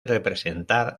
representar